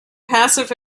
passive